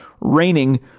raining